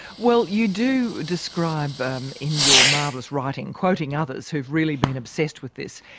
well, you do describe um in your marvellous writing, quoting others who've really been obsessed with this,